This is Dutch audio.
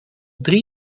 drie